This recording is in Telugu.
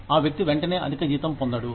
ఆ వ్యక్తి వెంటనే అధిక జీతం పొందడు